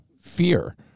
fear